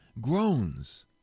groans